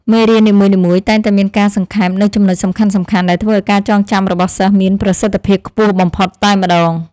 មេរៀននីមួយៗតែងតែមានការសង្ខេបនូវចំណុចសំខាន់ៗដែលធ្វើឱ្យការចងចាំរបស់សិស្សមានប្រសិទ្ធភាពខ្ពស់បំផុតតែម្តង។